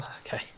okay